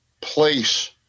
Place